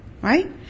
Right